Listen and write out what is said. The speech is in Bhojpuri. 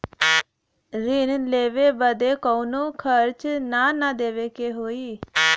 ऋण लेवे बदे कउनो खर्चा ना न देवे के होई?